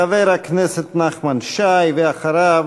חבר הכנסת נחמן שי, ואחריו,